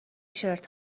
شرت